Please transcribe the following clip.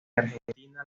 argentina